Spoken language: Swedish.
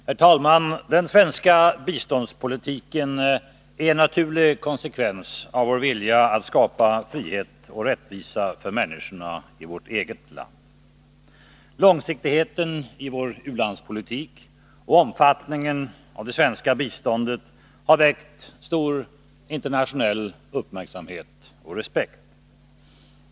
Herr talman! Den svenska biståndspolitiken är en naturlig konsekvens av vår vilja att skapa frihet och rättvisa för människorna i vårt eget land. Långsiktigheten i vår u-landspolitik och omfattningen av det svenska biståndet har väckt stor internationell uppmärksamhet och respekt.